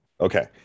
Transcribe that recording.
okay